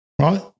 right